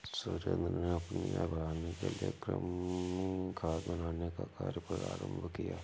सुरेंद्र ने अपनी आय बढ़ाने के लिए कृमि खाद बनाने का कार्य प्रारंभ किया